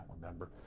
remember